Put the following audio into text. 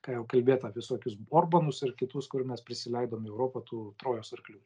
ką jau kalbėt apie visokius orbanus ir kitus kurių mes prisileidom į europą tų trojos arklių